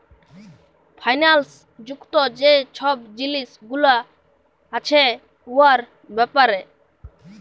ফাইল্যাল্স যুক্ত যে ছব জিলিস গুলা আছে উয়ার ব্যাপারে